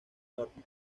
norte